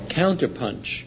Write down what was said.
counterpunch